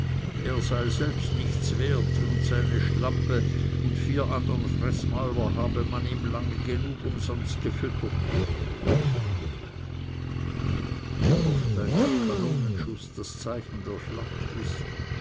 er selbst sei nichts wert und seine schlampe und vier andern freßmäuler habe man ihm lange genug umsonst gefüttert wie oft ein kanonenschuß das zeichen der schlacht ist